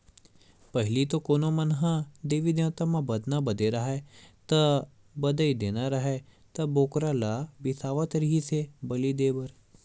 पहिली तो कोनो मन ह देवी देवता म बदना बदे राहय ता, बधई देना राहय त बोकरा ल बिसावत रिहिस हे बली देय बर